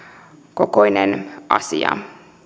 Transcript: kokoinen asia